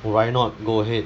why not go ahead